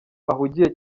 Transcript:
ahugiye